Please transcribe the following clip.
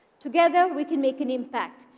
together, we can make an impact,